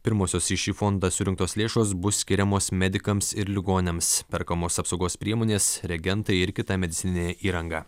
pirmosios į šį fondą surinktos lėšos bus skiriamos medikams ir ligoniams perkamos apsaugos priemonės reagentai ir kita medicininė įranga